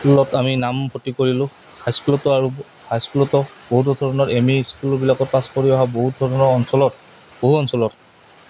স্কুলত আমি নামভৰ্তি কৰিলোঁ হাইস্কুলতো আৰু হাইস্কুলতো বহুতো ধৰণৰ এম ই স্কুলবিলাকত পাছ কৰি অহা বহুত ধৰণৰ অঞ্চলত বহু অঞ্চলত